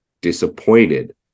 disappointed